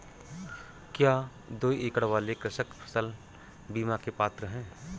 क्या दो एकड़ वाले कृषक फसल बीमा के पात्र हैं?